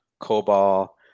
Cobol